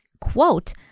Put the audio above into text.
quote